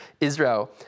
Israel